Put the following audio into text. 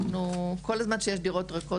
כל זמן שיש דירות ריקות,